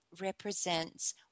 represents